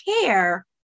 care